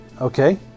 Okay